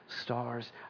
stars